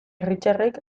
richardek